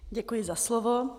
Děkuji za slovo.